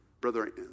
Brother